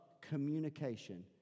communication